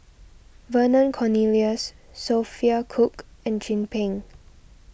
Vernon Cornelius Sophia Cooke and Chin Peng